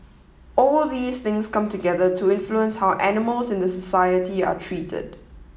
all these things come together to influence how animals in the society are treated